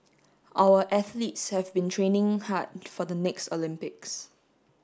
our athletes have been training hard for the next Olympics